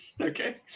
Okay